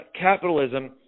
capitalism